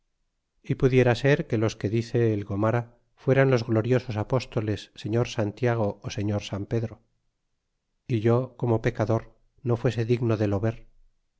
y pudiera ser que los que dice el gomara fueran los gloriosos apóstoles señor santiago ó señor san pedro é yo como pecador no fuese digno de lo ver